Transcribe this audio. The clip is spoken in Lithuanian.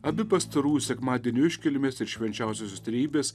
abi pastarųjų sekmadienių iškilmės ir švenčiausioios trejybės